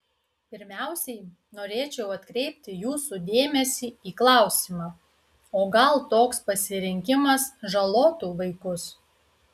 pirmiausiai norėčiau atkreipti jūsų dėmesį į klausimą o gal toks pasirinkimas žalotų vaikus